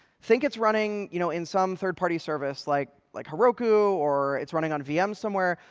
think, it's running you know in some third-party service like like heroku, or it's running on vm somewhere.